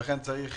ולכן צריך